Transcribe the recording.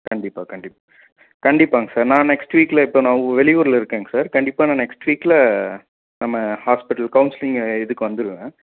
கண்டிப்பாக கண்டிப்பாக கண்டிப்பாங்க சார் நான் நெக்ஸ்ட் வீக்கில் இப்போ நான் ஊ வெளி ஊரில் இருக்கேங்க சார் கண்டிப்பாக நான் நெக்ஸ்ட் வீக்கில் நம்ம ஹாஸ்ப்பிட்டல் கவுன்ஸ்லிங்கு இதுக்கு வந்துடுவேன்